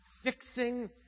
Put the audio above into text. fixing